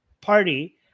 party